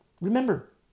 Remember